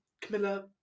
Camilla